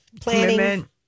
planning